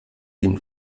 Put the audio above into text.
dem